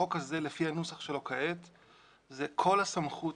החוק הזה לפי הנוסח שלו כעת היא שכל הסמכות